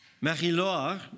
Marie-Laure